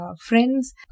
friends